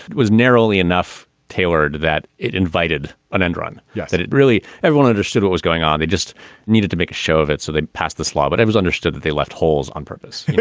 was narrowly enough tailored that it invited an end-run, yeah that it really everyone understood what was going on. they just needed to make a show of it. so they passed this law, but it was understood that they left holes on purpose, yeah